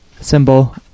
symbol